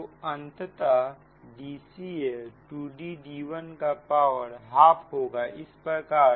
तो अंततः Dca 2D d1 के पावर ½ होगा इस प्रकार